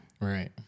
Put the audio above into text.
Right